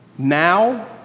Now